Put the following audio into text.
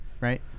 Right